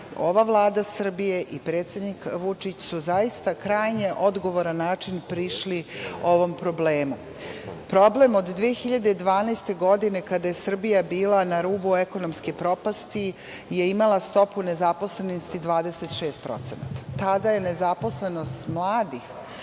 ova Vlada Srbije i predsednik Vučić su zaista na krajnje odgovoran način prišli ovom problemu. Problem od 2012. godine kada je Srbija bila na rubu ekonomske propasti je imala stopu nezaposlenosti 26%. Tada je nezaposlenost mladih